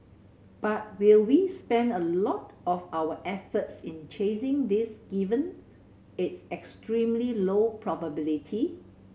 but will we spend a lot of our efforts in chasing this given its extremely low probability